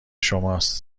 شماست